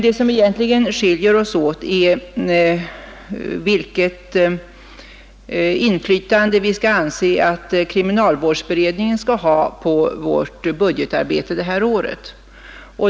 Det som egentligen skiljer oss åt är uppfattningarna om vilket inflytande vi skall anse att kriminalvårdsberedningen skall ha på vårt budgetarbete detta år.